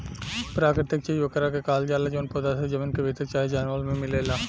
प्राकृतिक चीज ओकरा के कहल जाला जवन पौधा से, जमीन के भीतर चाहे जानवर मे मिलेला